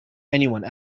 anyone